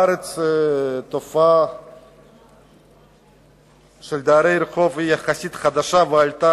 בארץ התופעה של דרי רחוב היא חדשה יחסית והיא עלתה